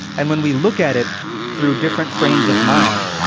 and when we look at it through different frames of mind,